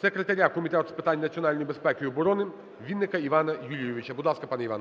секретаря Комітету з питань національної безпеки і оборони Вінника Івана Юлійовича. Будь ласка, пане Іван.